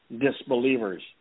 disbelievers